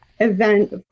event